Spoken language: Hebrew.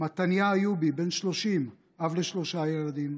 מתניה איובי, בן 30, אב לשלושה ילדים,